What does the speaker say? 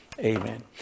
Amen